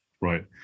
right